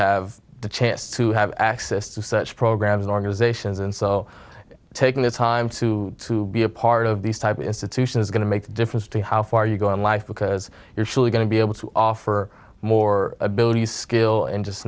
have the chance to have access to such programs and organizations and so taking the time to be a part of these type institution is going to make a difference to how far you go in life because you're going to be able to offer more abilities skill in just